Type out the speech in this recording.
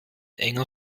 enger